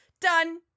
done